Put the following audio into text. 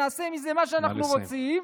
נעשה מזה מה שאנחנו רוצים,